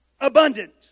abundant